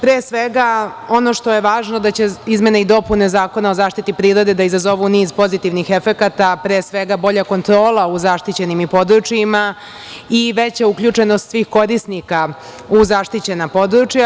Pre svega, ono što je važno da će izmene i dopune Zakona o zaštiti prirode da izazovu niz pozitivnih efekata, pre svega bolja kontrola u zaštićenim područjima i veća uključenost svih korisnika u zaštićena područja.